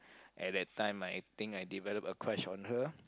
at that time I think I developed a crush on her